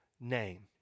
name